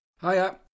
Hiya